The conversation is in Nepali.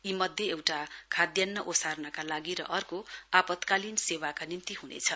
यी मध्ये एउटा खाद्यान्न ओर्सानका लागि र अर्को आपतकालीन सेवाका निम्ति हुनेछ